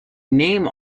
name